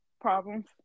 problems